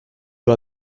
dur